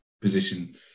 position